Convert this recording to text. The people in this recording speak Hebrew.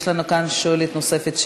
יש לנו כאן שואלת נוספת,